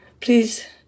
please